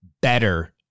better